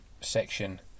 section